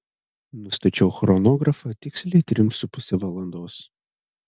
nustačiau chronografą tiksliai trim su puse valandos